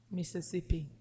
Mississippi